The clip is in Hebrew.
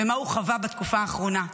ומה הוא חווה בתקופה האחרונה.